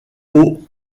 aux